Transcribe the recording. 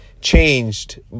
changed